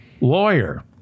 lawyer